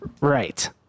Right